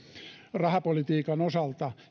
rahapolitiikan osalta